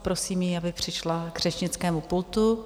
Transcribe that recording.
Poprosím ji, aby přišla k řečnickému pultu.